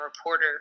reporter